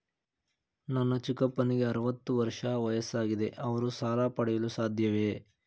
ನನ್ನ ಚಿಕ್ಕಪ್ಪನಿಗೆ ಅರವತ್ತು ವರ್ಷ ವಯಸ್ಸಾಗಿದೆ ಅವರು ಸಾಲ ಪಡೆಯಲು ಸಾಧ್ಯವೇ?